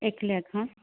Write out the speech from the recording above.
एकल्याक हा